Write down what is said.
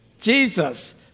Jesus